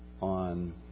on